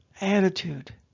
attitude